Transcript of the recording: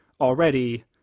already